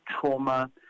trauma